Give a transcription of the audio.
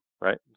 right